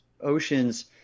oceans